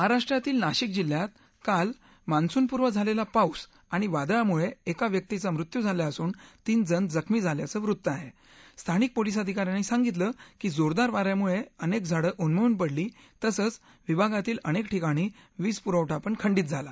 महाराष्ट्रातील नाशिक जिल्ह्यात काल मान्सूनपूर्व झालब्धी पाऊस आणि वादळामुळपि़का व्यक्तीचा मृत्यू झाला असून तीन जण जखमी झाल्याचं वृत्त आह रूथानिक पोलीस अधिका यांनी सांगितलं की जोरदार वा यामुळ अनक्त झाडं उन्मळून पडली तसंच विभागातील अनक्क ठिकाणी वीजपुरवठा पण खंडित झाला